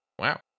Wow